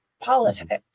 politics